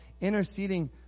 interceding